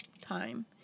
time